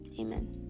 Amen